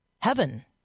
heaven